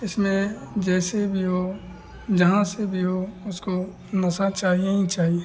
इसमें जैसे भी हो जहाँ से भी हो उसको नशा चाहिए ही चाहिए